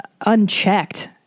unchecked